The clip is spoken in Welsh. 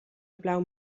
heblaw